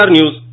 News